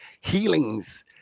healings